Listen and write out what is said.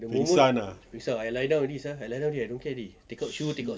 pengsan ah